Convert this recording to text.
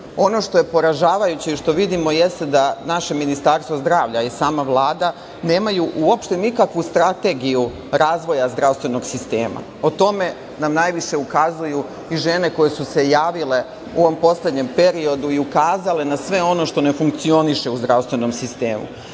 što je poražavajuće i što vidimo jeste da naše Ministarstvo zdravlja i sama Vlada nemaju uopšte nikakvu strategiju razvoja zdravstvenog sistema. O tome nam najviše ukazuju i žene koje su se javile u ovom poslednjem periodu i ukazale na sve ono što ne funkcioniše u zdravstvenom sistemu. Zato